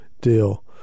deal